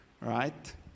right